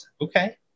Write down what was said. okay